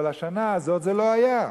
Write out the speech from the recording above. אבל השנה הזאת זה לא היה.